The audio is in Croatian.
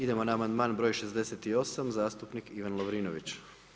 Idemo na amandman broj 68 zastupnik Ivan Lovrinović.